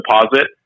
deposit